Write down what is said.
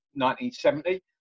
1970